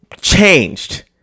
changed